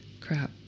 Crap